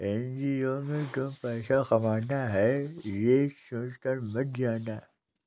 NGO में तुम पैसा कमाना है, ये सोचकर मत जाना